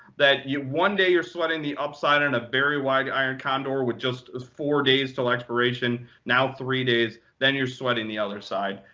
that one day, you're sweating the upside on a very wide iron condor with just four days to expiration. now three days. then you're sweating the other side.